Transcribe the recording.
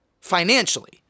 financially